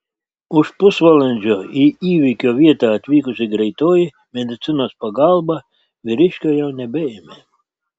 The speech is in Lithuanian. už pusvalandžio į įvykio vietą atvykusi greitoji medicinos pagalba vyriškio jau nebeėmė